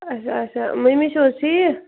آچھا آچھا مٔمی چھُو حظ ٹھیٖک